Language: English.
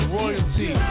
royalty